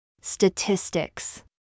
Statistics